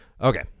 Okay